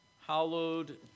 hallowed